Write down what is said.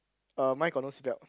uh mine got no seat belt